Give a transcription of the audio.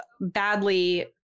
badly